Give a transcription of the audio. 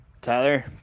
tyler